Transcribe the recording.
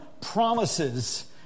promises